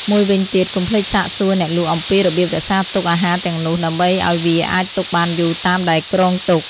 មួយវិញទៀត កុំភ្លេចសាកសួរអ្នកលក់អំពីរបៀបរក្សាទុកអាហារទាំងនោះ ដើម្បីឱ្យវាអាចទុកបានយូរតាមដែលគ្រោងទុក។